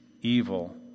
evil